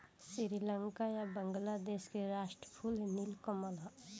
श्रीलंका आ बांग्लादेश के राष्ट्रीय फूल नील कमल ह